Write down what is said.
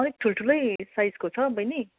अलिक ठुलठुलै साइजको छ बहिनी